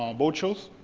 um boat shows,